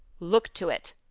look to it.